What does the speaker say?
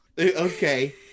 okay